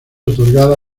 otorgada